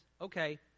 okay